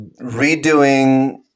redoing